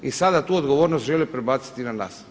I sada tu odgovornost želi prebaciti na nas.